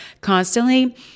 constantly